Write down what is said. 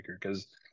because-